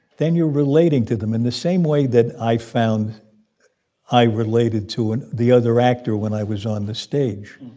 then you're relating to them in the same way that i found i related to and the other actor when i was on the stage